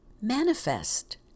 manifest